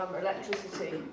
electricity